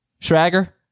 Schrager